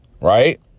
Right